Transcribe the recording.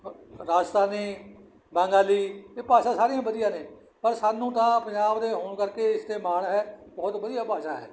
ਰਾਜਸਥਾਨੀ ਬੰਗਾਲੀ ਇਹ ਭਾਸ਼ਾ ਸਾਰੀਆਂ ਵਧੀਆ ਨੇ ਪਰ ਸਾਨੂੰ ਤਾਂ ਪੰਜਾਬ ਦੇ ਹੋਣ ਕਰਕੇ ਇਸ 'ਤੇ ਮਾਣ ਹੈ ਬਹੁਤ ਵਧੀਆ ਭਾਸ਼ਾ ਹੈ